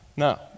No